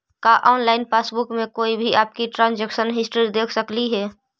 का online passbook में कोई भी आपकी ट्रांजेक्शन हिस्ट्री देख सकली हे